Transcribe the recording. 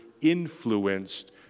influenced